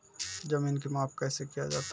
जमीन की माप कैसे किया जाता हैं?